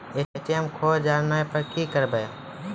ATM खोजे जाने पर क्या करें?